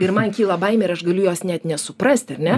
ir man kyla baimė ir aš galiu jos net nesuprasti ar ne